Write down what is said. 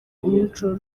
umuco